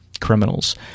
criminals